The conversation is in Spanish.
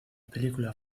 película